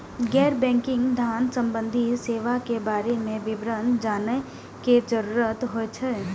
गैर बैंकिंग धान सम्बन्धी सेवा के बारे में विवरण जानय के जरुरत होय हय?